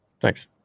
Thanks